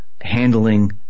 handling